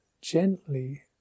gently